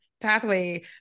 pathway